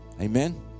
Amen